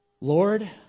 Lord